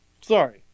sorry